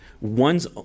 one's